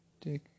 take